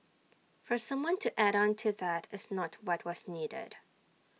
for someone to add on to that is not what was needed